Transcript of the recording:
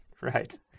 Right